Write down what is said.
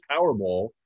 Powerball